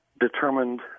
determined